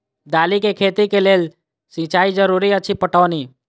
दालि केँ खेती केँ लेल सिंचाई जरूरी अछि पटौनी?